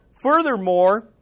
Furthermore